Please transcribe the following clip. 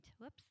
whoops